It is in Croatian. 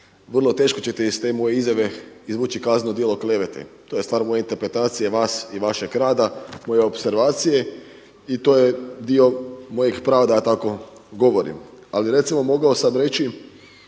Vrlo teško ćete iz te moje izjave izvući kazneno djelo klevete. To je stvar moje interpretacije vas i vašega rada moje opservacije i to je dio mojeg prava da ja tako govorim. Ali recimo mogao sam reći